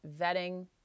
vetting